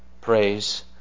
Praise